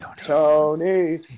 Tony